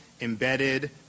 embedded